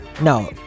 No